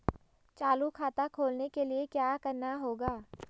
चालू खाता खोलने के लिए क्या करना होगा?